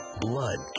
Blood